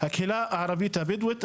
הקהילה הערבית הבדואית,